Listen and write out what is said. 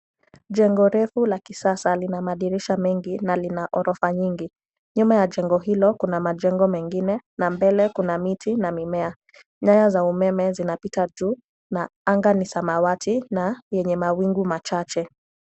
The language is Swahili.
Jengo refu la kisasa lina madirisha mengi na lina ghorofa nyingi. Nyuma ya jengo hilo kuna majengo mengine na mbele kuna miti na mimea. Nyaya za umeme zinapita juu na anga ni samawati na yenye mawingu machache.